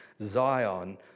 Zion